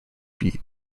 beat